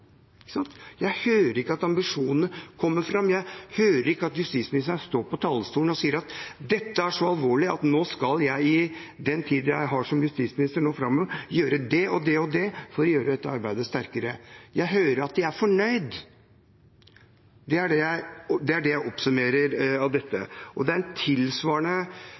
Jeg hører ikke at ambisjonene kommer fram. Jeg hører ikke at justisministeren står på talerstolen og sier: Dette er så alvorlig at nå skal jeg i den tiden jeg har som justisminister framover, gjøre det og det og det for å gjøre dette arbeidet sterkere. Jeg hører at de er fornøyd. Det er slik jeg oppsummerer dette. Det er en tilsvarende rapportering fra regjeringspartiene og